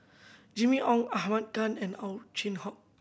Jimmy Ong Ahmad Khan and Ow Chin Hock